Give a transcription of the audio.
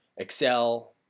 Excel